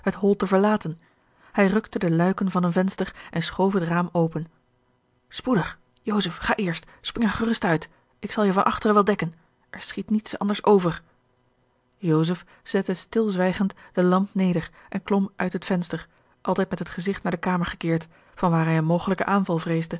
te verlaten hij rukte de luiken van een venster en schoof het raam open spoedig joseph ga eerst spring er gerust uit ik zal je van achteren wel dekken er schiet niets anders over joseph zette stilzwijgend de lamp neder en klom uit het venster altijd met het gezigt naar de kamer gekeerd van waar hij een mogelijken aanval vreesde